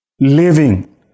living